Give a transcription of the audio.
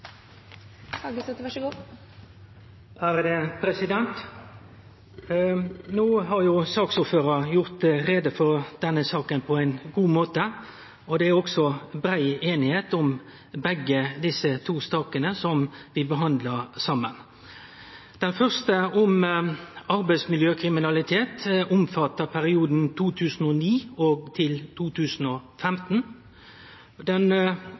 No har saksordføraren gjort greie for denne saka på ein god måte, og det er òg brei einigheit om begge desse to sakene, som blir behandla saman. Den eine, om arbeidsmiljøkriminalitet, omfattar perioden 2009–2015. Når det gjeld den